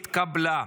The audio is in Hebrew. נתקבלה.